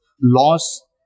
laws